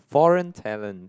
foreign talent